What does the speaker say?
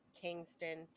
kingston